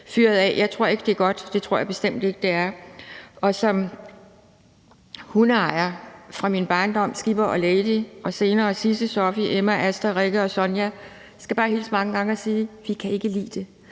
Jeg tror ikke, det er godt. Det tror jeg bestemt ikke det er. Og som hundeejer fra min barndom, med Skipper og Lady og senere Sidse, Soffi, Emma, Asta, Rikke og Sonja, skal jeg bare hilse mange gange og sige: Vi kan ikke lide det.